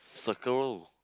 circle